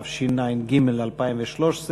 התשע"ג 2013,